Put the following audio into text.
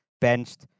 benched